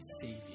savior